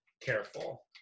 careful